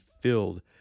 filled